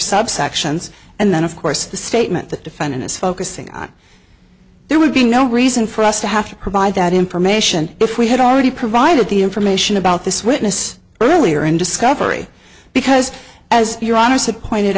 subsections and then of course the statement the defendant is focusing on there would be no reason for us to have to provide that information if we had already provided the information about this witness earlier in discovery because as your honor said pointed